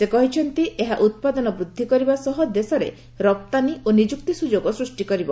ସେ କହିଛନ୍ତି ଏହା ଉତ୍ପାଦନ ବୃଦ୍ଧି କରିବା ସହ ଦେଶରେ ରପ୍ତାନୀ ଓ ନିଯୁକ୍ତି ସୁଯୋଗ ସୃଷ୍ଟି କରିବ